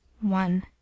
one